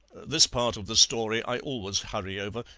this part of the story i always hurry over,